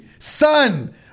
Son